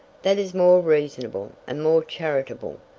that is more reasonable, and more charitable,